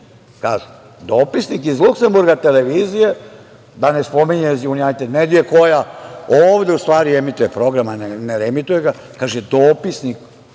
Kažu –dopisnik iz Luksemburga televizije, da ne spominje „Junajted medije“ koja ovde u stvari emituje program, a ne reemituje ga. Kako je dopisnik